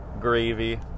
gravy